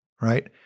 right